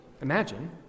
Imagine